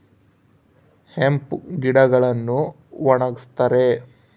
hemp ಗಿಡಗಳನ್ನು ಒಣಗಸ್ತರೆ